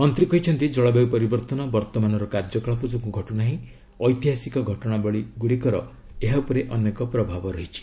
ମନ୍ତ୍ରୀ କହିଛନ୍ତି ଜଳବାୟୁ ପରିବର୍ତ୍ତନ ବର୍ତ୍ତମାନର କାର୍ଯ୍ୟକଳାପ ଯୋଗୁଁ ଘଟୁନାହିଁ ଐତିହାସିକ ଘଟଣାବଳୀ ଗୁଡ଼ିକର ଏହା ଉପରେ ଅନେକ ପ୍ରଭାବ ରହିଛି